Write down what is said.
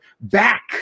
back